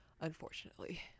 unfortunately